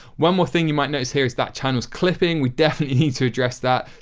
one more thing you might notice here is that channel is clipping. we definitely need to address that.